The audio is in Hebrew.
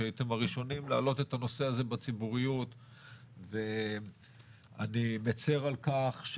שהייתם הראשונים להעלות את הנושא הזה בציבוריות ואני מצר על כך,